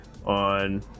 on